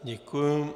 Děkuji.